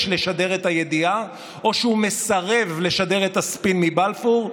לשדר את הידיעה או שהוא מסרב לשדר את הספין מבלפור?